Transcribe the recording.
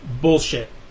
Bullshit